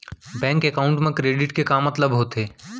Bank account मा credit के का मतलब होथे?